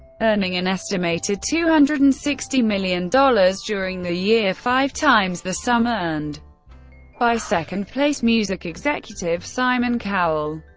earning an estimated two hundred and sixty million dollars during the year, five times the sum earned by second-place music executive simon cowell.